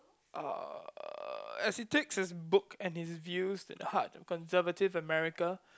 uh as he takes his book and his views at the heart of conservative America